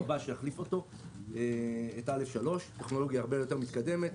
זאת טכנולוגיה הרבה יותר מתקדמת.